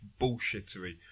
bullshittery